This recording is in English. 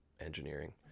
engineering